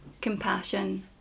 compassion